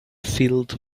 filled